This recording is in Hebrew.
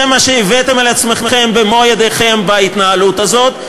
זה מה שהבאתם על עצמכם במו-ידיכם בהתנהלות הזאת,